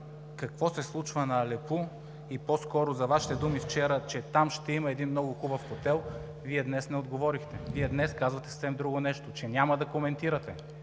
какво се случва на Алепу и по-скоро за Вашите думи вчера, че там ще има един много хубав хотел, Вие днес не отговорихте. Вие днес казвате съвсем друго нещо, че няма да коментирате